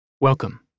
Welcome